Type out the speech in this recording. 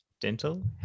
dental